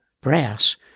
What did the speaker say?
brass